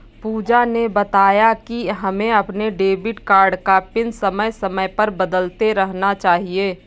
पूजा ने बताया कि हमें अपने डेबिट कार्ड का पिन समय समय पर बदलते रहना चाहिए